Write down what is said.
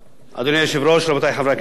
היושב-ראש, רבותי חברי הכנסת,